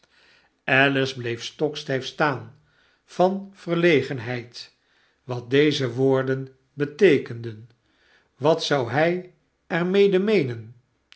alice bleef stokstijf staan van verlegenheid wat deze woorden beteekenden wat zou hij er mede meenen